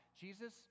jesus